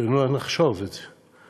שלא נחשוב את זה.